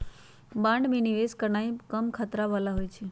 bond में निवेश करनाइ कम खतरा बला होइ छइ